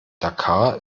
dakar